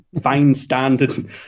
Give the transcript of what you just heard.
fine-standard